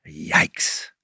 Yikes